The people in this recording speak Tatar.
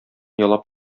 ялап